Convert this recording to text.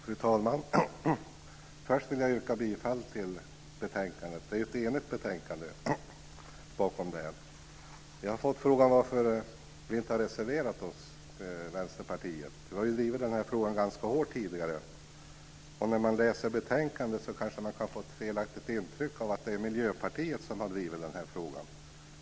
Fru talman! Först vill jag yrka bifall till förslaget i betänkandet. Utskottet är enigt i betänkandet. Vi har fått frågan varför vi i Vänsterpartiet inte har reserverat oss. Vi har drivit frågan hårt tidigare. När man läser betänkandet kan man få ett felaktigt intryck av att det är Miljöpartiet som har drivit frågan.